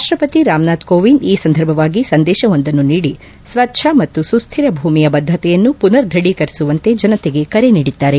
ರಾಷ್ಟಪತಿ ರಾಮನಾಥ್ ಕೋವಿಂದ್ ಈ ಸಂದರ್ಭವಾಗಿ ಸಂದೇಶವೊಂದನ್ನು ನೀಡಿ ಸ್ವಚ್ಛ ಮತ್ತು ಸುಕ್ಕಿರ ಭೂಮಿಯ ಬದ್ಧತೆಯನ್ನು ಪುಸರ್ ದ್ವಢೀಕರಿಸುವಂತೆ ಜನತೆಗೆ ಕರೆ ನೀಡಿದ್ದಾರೆ